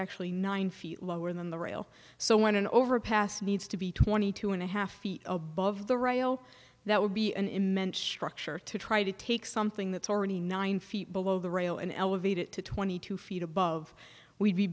actually nine feet lower than the rail so when an overpass needs to be twenty two and a half feet above the rail that would be an immense structure to try to take something that's already nine feet below the rail and elevate it to twenty two feet above we'd be